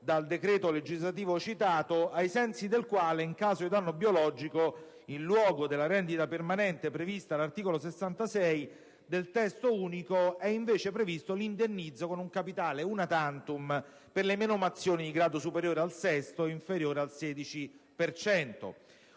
nel decreto legislativo citato, ai sensi del quale, in caso di danno biologico, in luogo della rendita permanente prevista dall'articolo 66 del Testo unico, è invece previsto un indennizzo con un capitale *una tantum*, per le menomazioni di grado superiore al sesto ed inferiore al 16